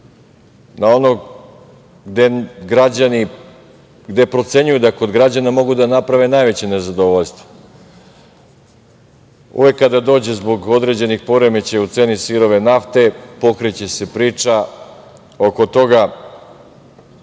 tamo gde procenjuju da kod građana mogu da naprave najveće nezadovoljstvo. Uvek kada dođe zbog određenih poremećaja u ceni sirove nafte, pokreće se priča oko toga,